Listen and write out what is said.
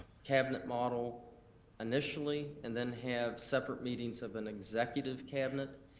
cabinet model initially, and then have separate meetings of an executive cabinet.